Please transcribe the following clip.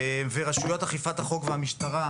ורשויות אכיפת החוק והמשטרה,